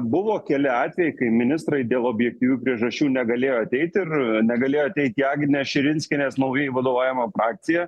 buvo keli atvejai kai ministrai dėl objektyvių priežasčių negalėjo ateiti ir negalėjoateiti į agnės širinskienės naujai vadovaujamą frakciją